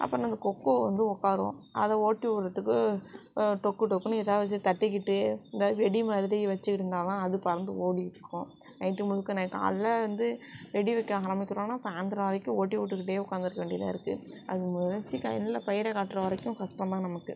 அப்புறம் நாங்கள் கொக்கு வந்து உக்காரும் அதை ஓட்டி விட்றதுக்கு டொக்கு டொக்குன்னு எதா வெச்சு தட்டிகிட்டே இந்த வெடி மாதிரி வெச்சுருந்தா தான் அது பறந்து ஓடிகிட்டுருக்கும் நைட்டு முழுக்க காலைல வந்து வெடி வைக்க ஆரம்மிக்கிறோம்னா சாய்ந்திரம் வரைக்கும் ஓட்டி விட்டுக்கிட்டே உட்காந்துருக்க வேண்டியதாக இருக்கு அது மொளைச்சி கண்ணில் பயிரை காட்டுற வரைக்கும் கஷ்டந்தான் நமக்கு